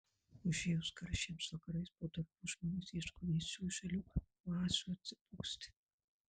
užėjus karščiams vakarais po darbų žmonės ieško vėsių žalių oazių atsipūsti